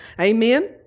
Amen